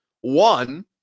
one